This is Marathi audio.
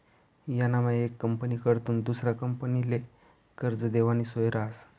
यानामा येक कंपनीकडथून दुसरा कंपनीले कर्ज देवानी सोय रहास